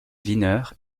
wiener